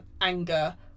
anger